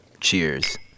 Cheers